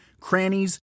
crannies